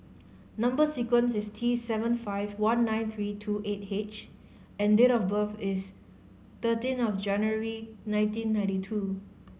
number sequence is T seven five one nine three two eight H and date of birth is thirteen of January nineteen ninety two